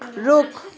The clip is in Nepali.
रुख